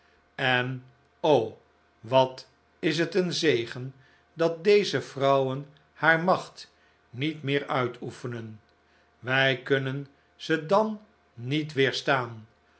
en o wat is het een zegen dat deze vrouwen haar macht niet meer uitoefenen wij kunnen ze dan niet weerstaan